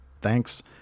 Thanks